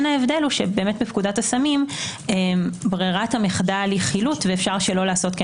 ההבדל הוא שבפקודת הסמים ברירת המחדל היא חילוט ואפשר שלא לעשות כן